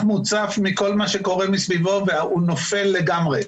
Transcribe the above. מוצף מכל מה שקורה מסביבו והוא נופל לגמרי.